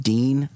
Dean